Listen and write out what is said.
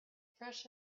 fresh